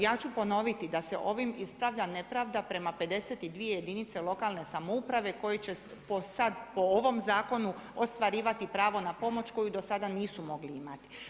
Ja ću ponoviti da se ovim ispravlja nepravda prema 52 jedinice lokalne samouprave koji će sada po ovom zakonu ostvarivati pravo na pomoć koju do sada nisu mogli imati.